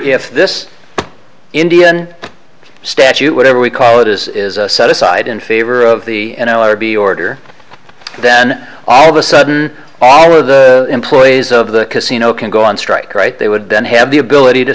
if this indian statute whatever we call it is set aside in favor of the n l r b order then all of a sudden all of the employees of the casino can go on strike right they would then have the ability to